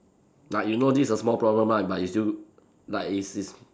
like you know this is a small problem lah but you still like insist